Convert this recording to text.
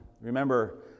Remember